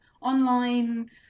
online